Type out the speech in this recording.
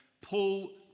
Paul